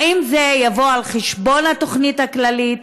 האם זה יבוא על חשבון התוכנית הכללית?